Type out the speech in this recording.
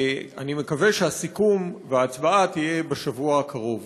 אני מקווה שהסיכום וההצבעה יהיו בשבוע הקרוב.